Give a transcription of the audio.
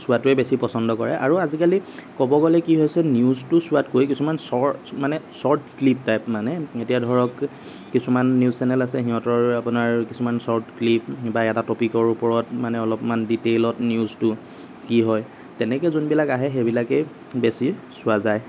চোৱাটোৱে বেছি পছন্দ কৰে আৰু আজিকালি ক'ব গ'লে কি হৈছে নিউজটো চোৱাতকৈ কিছুমান চৰ্ট মানে চৰ্ট ক্লীপ টাইপ মানে এতিয়া ধৰক কিছুমান নিউজ চেনেল আছে সিহঁতৰ আপোনাৰ চৰ্ট ক্লীপ বা এটা টপিকৰ ওপৰত মানে অলপমান ডিটেইলত নিউজটো কি হয় তেনেকেই যোনবিলাক আহে সেইবিলাকেই বেছি চোৱা যায়